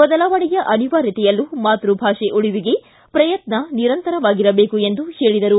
ಬದಲಾವಣೆಯ ಅನಿವಾರ್ಯತೆಯಲ್ಲೂ ಮಾತೃಭಾಷೆ ಉಳಿವಿಗೆ ಪ್ರಯತ್ನ ನಿರಂತರವಾಗಿರಬೇಕು ಎಂದು ಹೇಳಿದರು